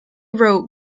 wrote